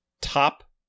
top